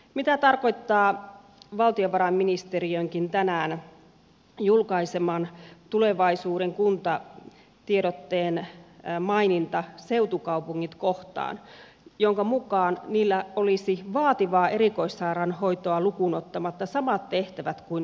mitä tarkoittaa maininta valtiovarainministeriön tänään julkaiseman tulevaisuuden kunta tiedotteen seutukaupungit kohdassa jonka mukaan niillä olisi vaativaa erikoissairaanhoitoa lukuun ottamatta samat tehtävät kuin metropolilla